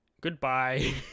Goodbye